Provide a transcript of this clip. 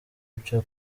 ibyo